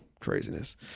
craziness